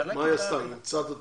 מה היא עשתה, היא אימצה את התוכנית?